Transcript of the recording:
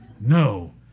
No